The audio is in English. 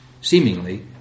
seemingly